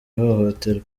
hohoterwa